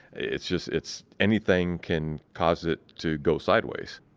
it's just, it's anything can cause it to go sideways.